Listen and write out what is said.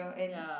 ya